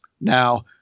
Now